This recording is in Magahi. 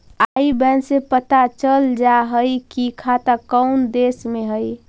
आई बैन से पता चल जा हई कि खाता कउन देश के हई